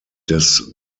des